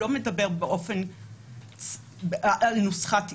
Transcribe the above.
על נוסחת איזון.